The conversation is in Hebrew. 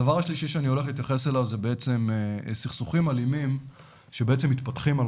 הדבר השלישי שאני הולך להתייחס אליו זה סכסוכים אלימים שמתפתחים על